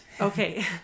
Okay